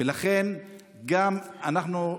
ולכן גם אנחנו,